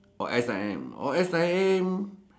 oh S_I_M oh S_I_M